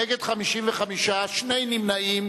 נגד, 55, שני נמנעים.